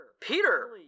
Peter